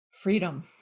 Freedom